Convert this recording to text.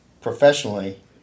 professionally